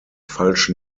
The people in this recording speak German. falsch